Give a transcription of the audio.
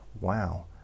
Wow